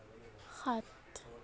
সাত